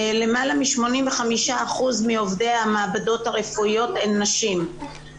למעלה מ-85% מעובדי המעבדות הרפואיות הן נשים.